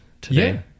today